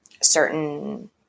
certain